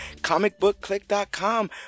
comicbookclick.com